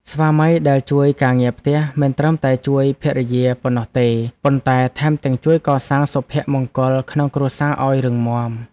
ស្វាមីដែលជួយការងារផ្ទះមិនត្រឹមតែជួយភរិយាប៉ុណ្ណោះទេ ប៉ុន្តែថែមទាំងជួយកសាងសុភមង្គលក្នុងគ្រួសារឱ្យរឹងមាំ។